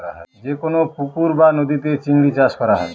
যেকোনো পুকুর বা নদীতে চিংড়ি চাষ করা হয়